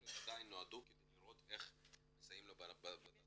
הן עדיין נועדו כדי לראות איך מסייעים בתעסוקה.